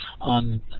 on